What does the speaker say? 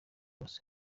bose